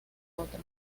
otra